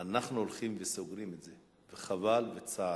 אנחנו הולכים וסוגרים את זה, חבל וזה מצער.